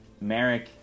Merrick